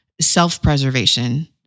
self-preservation